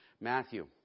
Matthew